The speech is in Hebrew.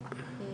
או מבוגרת ממני,